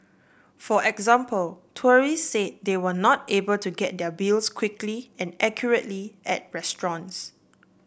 for example tourists said they were not able to get their bills quickly and accurately at restaurants